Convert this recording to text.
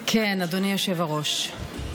כן, אדוני היושב-ראש.